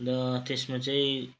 अन्त त्यसमा चाहिँ